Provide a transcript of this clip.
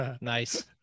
nice